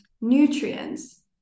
nutrients